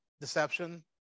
deception